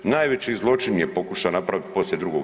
Najveći zločin je pokušao napraviti poslije II.